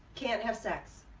can't have sex!